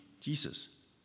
jesus